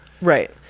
Right